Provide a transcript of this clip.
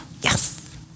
Yes